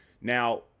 now